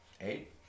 Eight